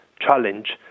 challenge